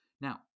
Now